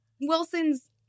Wilson's